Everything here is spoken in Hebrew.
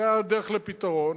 זה הדרך לפתרון.